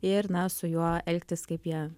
ir na su juo elgtis kaip jie